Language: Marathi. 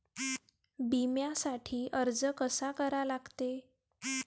बिम्यासाठी अर्ज कसा करा लागते?